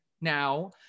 now